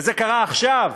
וזה קרה עכשיו,